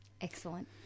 Excellent